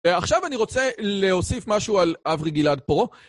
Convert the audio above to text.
עכשיו אני רוצה להוסיף משהו על אברי גלעד פרו.